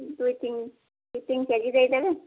ଦୁଇ ତିନି ତିନି କେ ଜି ଦେଇଦେବେ